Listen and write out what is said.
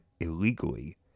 illegally